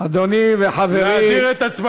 האופוזיציה להסיר את כל ההסתייגויות, לא להשתתף